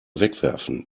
wegwerfen